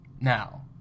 now